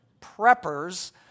Preppers